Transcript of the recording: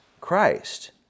Christ